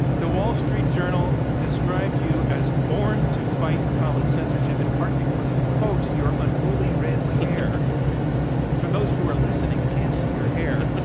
the wall street journal described you as born to fight college censorship in part because of, quote, your unruly red for those who are listening who can't see your hair,